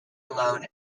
alone